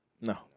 No